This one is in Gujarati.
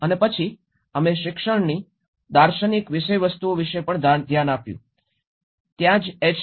અને પછી અમે શિક્ષણની દાર્શનિક વિષયવસ્તુ વિશે પણ ધ્યાન આપ્યું ત્યાં જ એચ